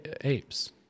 apes